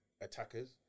attackers